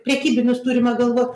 prekybinius turime galvoj